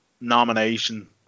nomination